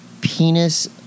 penis